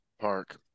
Park